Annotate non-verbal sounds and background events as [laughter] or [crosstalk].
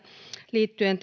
liittyen [unintelligible]